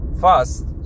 fast